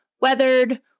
weathered